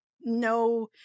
no